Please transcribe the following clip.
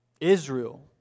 Israel